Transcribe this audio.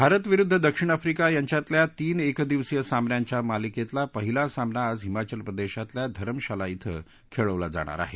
भारत विरूद्ध दक्षिण अफ्रिका यांच्यातल्या तीन एकदिवसीय सामन्यांच्या मालिकेतला पहिला सामना आज हिमाचल प्रदेशातल्या धरमशाला ईथं खेळवला जाणार आहे